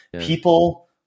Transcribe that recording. people